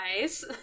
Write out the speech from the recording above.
Nice